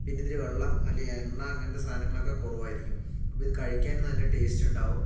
പിന്നതില് വെള്ളം അല്ലെങ്കിൽ എണ്ണ അങ്ങനത്തെ സാധനങ്ങളൊക്കെ കുറവായിരിക്കും അപ്പോൾ ഇത് കഴിക്കാൻ നല്ല ടേസ്റ്റുണ്ടാക്കും